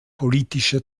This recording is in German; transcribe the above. politische